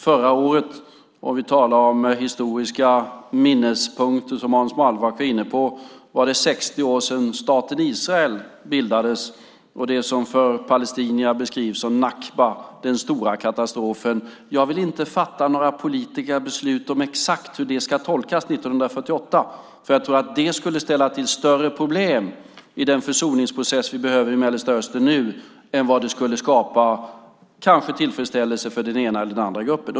Förra året, om vi talar om historiska minnespunkter, som Hans Wallmark var inne på, var det 60 år sedan staten Israel bildades, det som av palestinierna beskrivs som nakba , den stora katastrofen. Jag vill inte fatta några politiska beslut om exakt hur beslutet från 1948 ska tolkas. Jag tror att det skulle ställa till större problem i den försoningsprocess vi behöver i Mellanöstern nu än det kanske skulle skapa tillfredsställelse för den ena eller den andra gruppen.